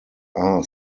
are